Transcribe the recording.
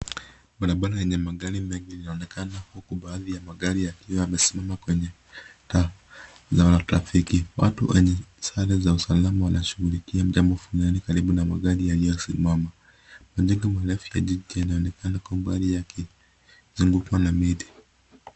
Barabara lenye magari mengi inaonekana huku baadhi ya magari yakiwa yamesimama kwenye taa za trafiki. Watu wenye sare za usalama wanashughulikia jambo fulani karibu na magari yaliyosimama. Majengo marefu ya jiji yanaonekana kwa mbali yakizungukwa na miti.